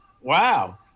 wow